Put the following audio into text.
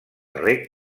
rec